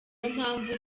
mpamvu